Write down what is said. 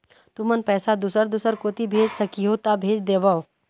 तुमन पैसा दूसर दूसर कोती भेज सखीहो ता भेज देवव?